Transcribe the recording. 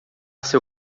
seu